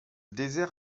désert